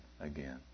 again